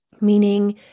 meaning